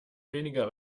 weniger